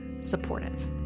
supportive